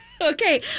Okay